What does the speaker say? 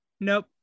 Nope